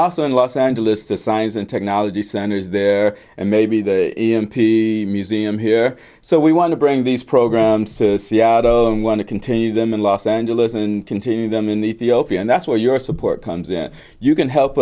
also in los angeles to science and technology centers there and maybe the museum here so we want to bring these programs to seattle and want to continue them in los angeles and continue them in the and that's where your support comes in you can help